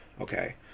Okay